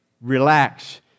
relax